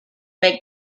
make